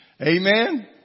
Amen